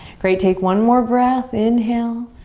great, take one more breath, inhale.